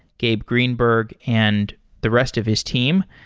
gabe greenberg, and the rest of his team.